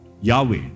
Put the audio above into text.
Yahweh